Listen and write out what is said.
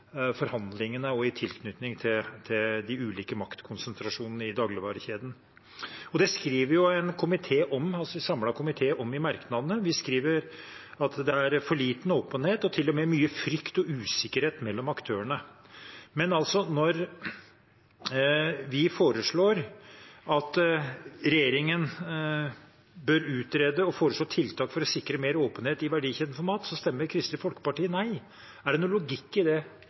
forhandlingene og i tilknytning til de ulike maktkonsentrasjonene i dagligvarekjedene. Det skriver en samlet komité om i merknadene. Vi skriver at det er for lite åpenhet og til og med mye frykt og usikkerhet mellom aktørene. Men når vi forslår at regjeringen bør utrede og foreslå tiltak for å sikre mer åpenhet i verdikjeden for mat, stemmer Kristelig Folkeparti nei. Er det noen logikk i det?